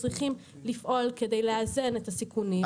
צריכים לפעול כדי לאזן את הסיכונים.